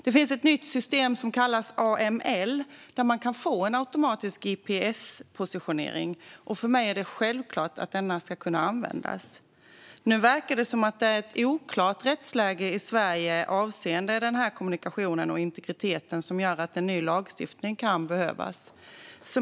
Det finns ett nytt system som kallas AML, där man kan få en automatisk gps-positionering. För mig är det självklart att denna ska kunna användas. Nu verkar det vara ett oklart rättsläge i Sverige avseende denna kommunikation och integritet som gör att en ny lagstiftning kan behövas.